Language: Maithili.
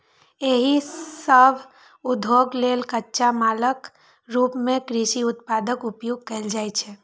एहि सभ उद्योग लेल कच्चा मालक रूप मे कृषि उत्पादक उपयोग कैल जाइ छै